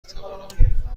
بتوانم